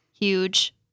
huge